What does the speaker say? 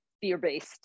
fear-based